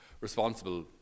responsible